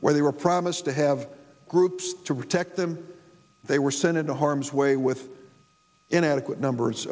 where they were promised to have groups to protect them they were sent into harm's way with inadequate numbers